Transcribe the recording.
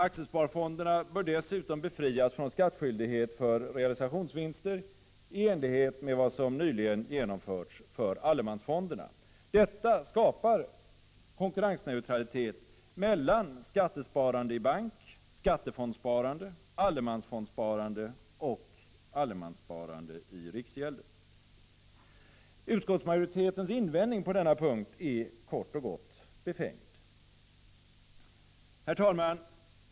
Aktiesparfonderna bör dessutom befrias från skattskyldighet för realisationsvinster i enlighet med vad som nyligen genomförts för allemansfonderna. Detta skapar konkurrensneutralitet mellan skattesparande i bank, skattefondssparande, allemansfondssparande och allemanssparande i riksgälden. Utskottsmajoritetens invändning på denna punkt är kort och gott befängd. Herr talman!